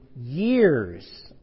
years